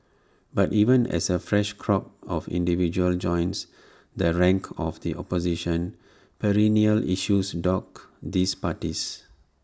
but even as A fresh crop of individuals joins the ranks of the opposition perennial issues dog these parties